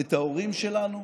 את ההורים שלנו,